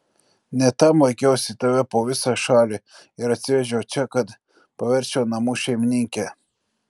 ne tam vaikiausi tave po visą šalį ir atsivežiau čia kad paversčiau namų šeimininke